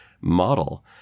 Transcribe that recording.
model